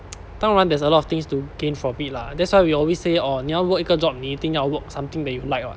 当然 there's a lot of things to gain from it lah that's why we always say oh 你要 work 一个 job 你一定要 work something that you like [what]